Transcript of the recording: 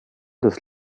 des